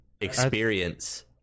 experience